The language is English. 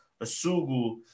Asugu